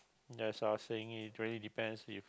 as I was saying it really depends if